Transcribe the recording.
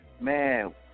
man